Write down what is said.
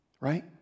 Right